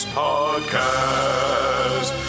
podcast